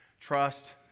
Trust